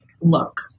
look